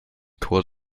kurt